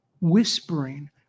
whispering